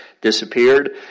disappeared